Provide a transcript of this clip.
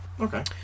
Okay